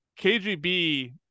KGB